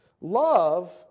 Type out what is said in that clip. Love